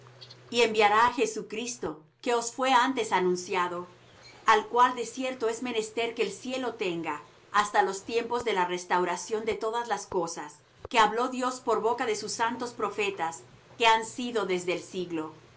y enviará á jesucristo que os fué antes anunciado al cual de cierto es menester que el cielo tenga hasta los tiempos de la restauración de todas las cosas que habló dios por boca de sus santos profetas que han sido desde el siglo